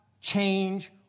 change